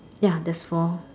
ya there's four